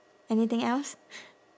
anything else